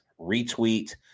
Retweet